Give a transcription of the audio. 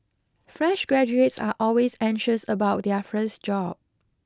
fresh graduates are always anxious about their first job